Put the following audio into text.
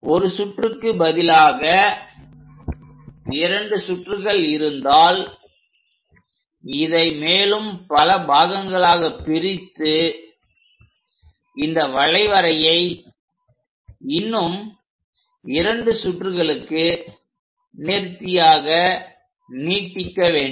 ஒரு சுற்றுக்கு பதிலாக இரண்டு சுற்றுகள் இருந்தால் இதை மேலும் பல பாகங்களாக பிரித்து இந்த வளைவரையை இன்னும் இரண்டு சுற்றுகளுக்கு நேர்த்தியாக நீடிக்க வேண்டும்